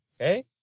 Okay